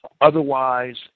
Otherwise